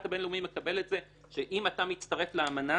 הבינלאומי מקבל את זה שאם אתה מצטרף לאמנה,